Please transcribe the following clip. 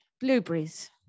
Blueberries